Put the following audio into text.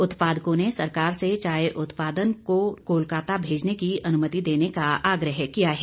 उत्पादकों ने सरकार से चाय उत्पादन को कोलकता भेजने की अनुमति देने का आग्रह किया है